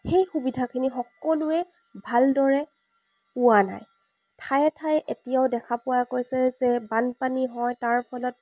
সেই সুবিধাখিনি সকলোৱে ভালদৰে পোৱা নাই ঠায়ে ঠায়ে এতিয়াও দেখা পোৱা গৈছে যে বানপানী হয় তাৰ ফলত